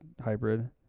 hybrid